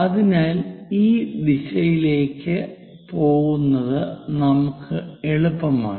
അതിനാൽ ഈ ദിശയിലേക്ക് പോകുന്നത് നമുക്ക് എളുപ്പമാണ്